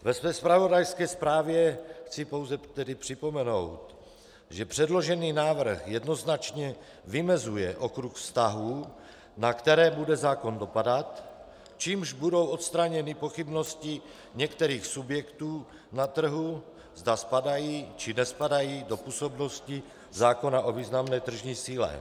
Ve své zpravodajské zprávě chci pouze připomenout, že předložený návrh jednoznačně vymezuje okruh vztahů, na které bude zákon dopadat, čímž budou odstraněny pochybnosti některých subjektů na trhu, zda spadají, či nespadají do působnosti zákona o významné tržní síle.